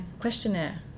questionnaire